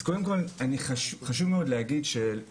אז קודם כל חשוב מאוד להגיד שאנחנו